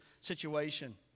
situation